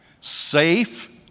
safe